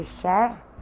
share